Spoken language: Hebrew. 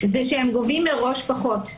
זה שהם גובים מראש פחות.